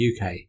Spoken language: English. UK